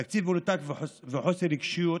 הוא תקציב מנותק וחסר רגישות,